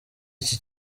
iki